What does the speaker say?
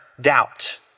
doubt